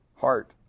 heart